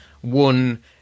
one